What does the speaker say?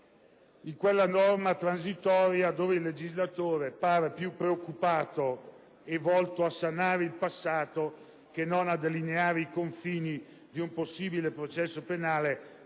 in quella norma transitoria in cui il legislatore pare più preoccupato a sanare il passato che non a delineare i confini di un possibile processo penale